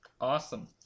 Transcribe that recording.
Awesome